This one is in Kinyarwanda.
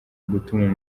gutuma